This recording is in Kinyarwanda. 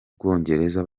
bwongereza